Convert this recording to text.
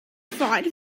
fight